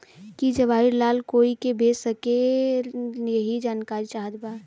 की जवाहिर लाल कोई के भेज सकने यही की जानकारी चाहते बा?